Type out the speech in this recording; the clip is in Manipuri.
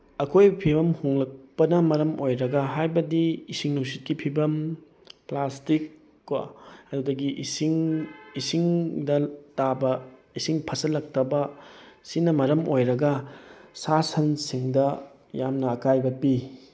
ꯑꯩꯀꯣꯏꯕꯒꯤ ꯐꯤꯕꯝ ꯍꯣꯡꯂꯛꯄꯅ ꯃꯔꯝ ꯑꯣꯏꯔꯒ ꯍꯥꯏꯕꯗꯤ ꯏꯁꯤꯡ ꯅꯨꯡꯁꯤꯠꯀꯤ ꯐꯤꯕꯝ ꯄ꯭ꯂꯥꯁꯇꯤꯛ ꯀꯣ ꯑꯗꯨꯗꯒꯤ ꯏꯁꯤꯡ ꯏꯁꯤꯡꯗ ꯇꯥꯕ ꯏꯁꯤꯡ ꯐꯠꯆꯤꯜꯂꯛꯇꯕ ꯁꯤꯅ ꯃꯔꯝ ꯑꯣꯏꯔꯒ ꯁꯥ ꯁꯟꯁꯤꯡꯗ ꯌꯥꯝꯅ ꯑꯀꯥꯏꯕ ꯄꯤ